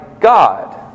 God